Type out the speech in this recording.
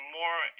more